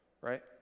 right